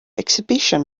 exhibition